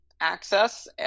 access